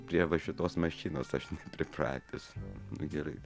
prie va šitos mašinos aš pripratęs nu gerai